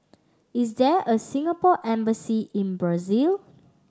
is there a Singapore Embassy in Brazil